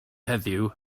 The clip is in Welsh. heddiw